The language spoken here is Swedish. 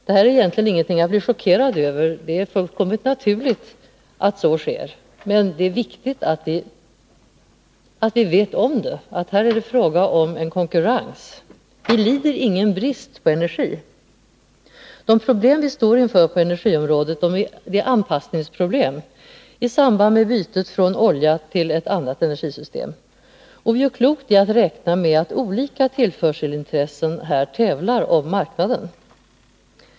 Detta är egentligen ingenting att bli chockerad över — det är fullkomligt naturligt att så sker. Men det är viktigt att vi vet om att det här är fråga om en konkurrens. Vilider ingen brist på energi. De problem vi står inför på energiområdet är anpassningsproblem i samband med bytet från olja till ett annat energisystem. Och vi gör klokt i att räkna med att olika tillförselintressen här tävlar om marknaden.